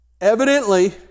Evidently